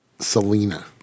Selena